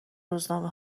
روزنامه